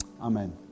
Amen